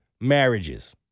marriages